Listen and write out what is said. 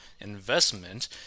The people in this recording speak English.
investment